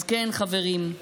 אז כן, חברים,